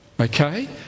okay